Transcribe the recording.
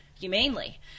humanely